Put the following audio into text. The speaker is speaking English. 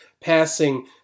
passing